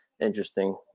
interesting